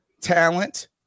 talent